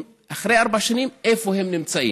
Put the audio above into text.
אחרי ארבע שנים צריך לראות איפה הם נמצאים,